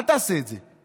אל תעשה את זה.